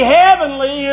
heavenly